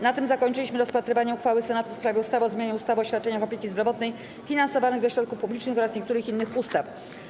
Na tym zakończyliśmy rozpatrywanie uchwały Senatu w sprawie ustawy o zmianie ustawy o świadczeniach opieki zdrowotnej finansowanych ze środków publicznych oraz niektórych innych ustaw.